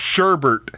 Sherbert